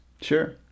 Sure